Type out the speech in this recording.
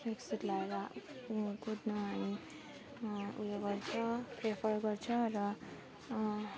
track suit लाएर कुद्नु हामी ऊ यो गर्छ प्रिफर गर्छ र